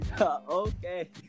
Okay